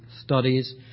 studies